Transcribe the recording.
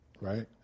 right